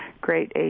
great